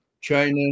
China